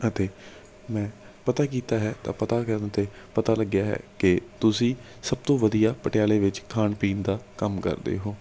ਅਤੇ ਮੈਂ ਪਤਾ ਕੀਤਾ ਹੈ ਤਾਂ ਪਤਾ ਕਰਨ 'ਤੇ ਪਤਾ ਲੱਗਿਆ ਹੈ ਕਿ ਤੁਸੀਂ ਸਭ ਤੋਂ ਵਧੀਆ ਪਟਿਆਲੇ ਵਿੱਚ ਖਾਣ ਪੀਣ ਦਾ ਕੰਮ ਕਰਦੇ ਹੋ